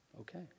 Okay